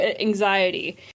anxiety